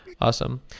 awesome